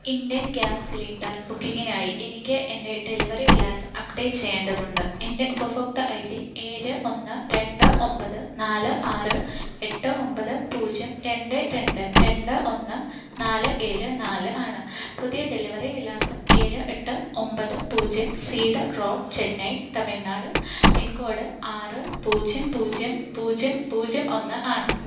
Indian gas cylinder ബുക്കിങ്ങിനായി എനിക്ക് എന്റെ ഡെലിവറി വിലാസം അപ്ഡേറ്റ് ചെയ്യേണ്ടതുണ്ട് എന്റെ ഉപഭോക്ത്യ ഐ ഡി ഏഴ് ഒന്ന് രണ്ട് ഒൻപത് നാല് ആറ് എട്ട് ഒൻപത് പൂജ്യം രണ്ട് രണ്ട് രണ്ട് ഒന്ന് നാല് ഏഴ് നാല് ആണ് പുതിയ ഡെലിവറീ വിലാസം ഏഴ് എട്ട് ഒൻപത് പൂജ്യം Cedar Road Chennai Tamil Nadu pincode ആറ് പൂജ്യം പൂജ്യം പൂജ്യം പൂജ്യം ഒന്ന് ആണ്